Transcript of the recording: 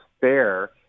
fair